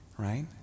Right